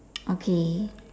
okay